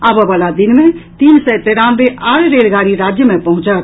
आबय वला दिन मे तीन सय तेरानवे आओर रेलगाड़ी राज्य मे पहुंचत